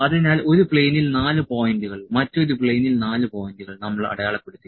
അതിനാൽ ഒരു പ്ലെയിനിൽ 4 പോയിന്റുകൾ മറ്റൊരു പ്ലെയിനിൽ 4 പോയിന്റുകൾ നമ്മൾ അടയാളപ്പെടുത്തി